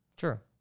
sure